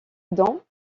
dans